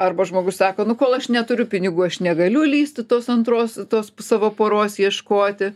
arba žmogus sako nu kol aš neturiu pinigų aš negaliu lįsti tos antros tos savo poros ieškoti